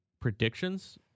predictions